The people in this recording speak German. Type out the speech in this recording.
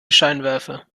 scheinwerfer